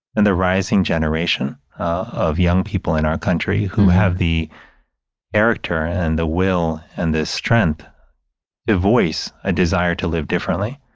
and the rising generation of young people in our country who have the character and the will and the strength to voice a desire to live differently.